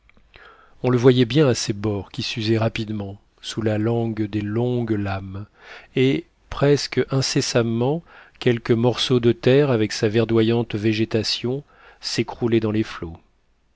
on le voyait bien à ses bords qui s'usaient rapidement sous la langue des longues lames et presque incessamment quelque morceau de terre avec sa verdoyante végétation s'écroulait dans les flots